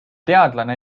teadlane